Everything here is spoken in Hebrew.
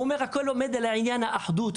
הוא אמר שהכל עומד על עניין האחדות.